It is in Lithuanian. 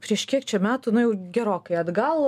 prieš kiek čia metų na jau gerokai atgal